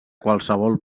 qualsevol